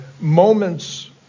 moments